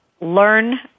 learn